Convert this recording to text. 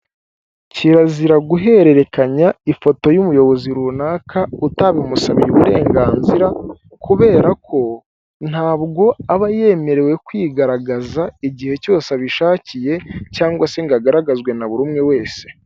Kirazira guhererekanya ifoto y'umuyobozi runaka, utabimusabiyera uburenganzira, kubera ko ntabwo aba yemerewe kwigaragaza igihe cyose abishakiye, cyangwa se ngo agaragazwe na buri umwe wese.